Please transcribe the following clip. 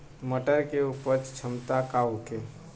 मटर के उपज क्षमता का होखे?